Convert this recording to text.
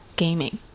gaming